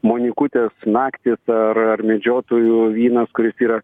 monikutės naktys ar ar medžiotojų vynas kuris yra